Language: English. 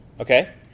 Okay